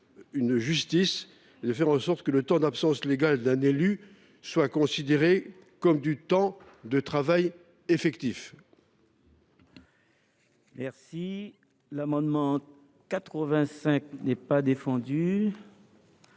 aux élus et faire en sorte que le temps d’absence légale d’un élu soit considéré comme du temps de travail effectif.